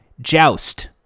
Joust